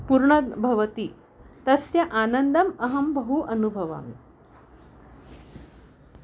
पूर्णं द् भवति तस्य आनन्दम् अहं बहु अनुभवामि